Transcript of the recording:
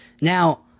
Now